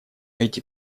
эти